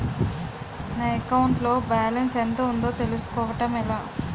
నా అకౌంట్ లో బాలన్స్ ఎంత ఉందో తెలుసుకోవటం ఎలా?